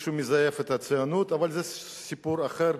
מישהו מזייף את הציונות, אבל זה סיפור אחר.